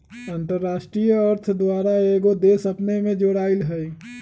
अंतरराष्ट्रीय अर्थ द्वारा कएगो देश अपने में जोरायल हइ